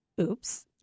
oops